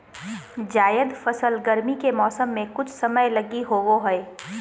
जायद फसल गरमी के मौसम मे कुछ समय लगी ही होवो हय